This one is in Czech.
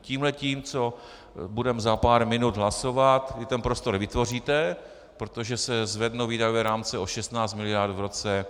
Tímhle tím, co budeme za pár minut hlasovat, vy ten prostor vytvoříte, protože se zvednou výdajové rámce o 16 mld. v roce 2015.